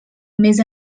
més